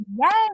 Yes